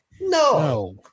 no